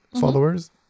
followers